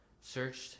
searched